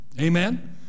Amen